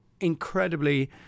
incredibly